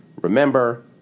Remember